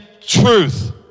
truth